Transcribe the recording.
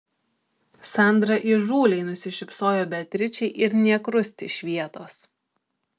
sandra įžūliai nusišypsojo beatričei ir nė krust iš vietos